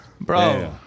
bro